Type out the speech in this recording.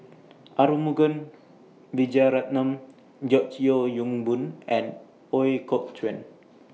Arumugam Vijiaratnam George Yeo Yong Boon and Ooi Kok Chuen